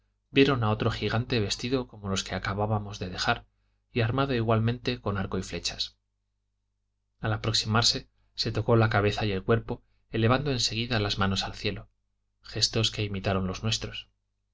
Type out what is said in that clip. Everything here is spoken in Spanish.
vieron a otro gigante vestido como los que acabábamos de dejar y armado igualmente con arco y flechas al aproximarse se tocó la cabeza y el cuerpo elevando en seguida las manos al cielo gestos que imitaron los nuestros